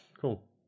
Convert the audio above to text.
Cool